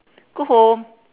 go home